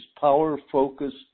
power-focused